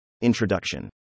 Introduction